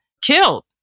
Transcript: killed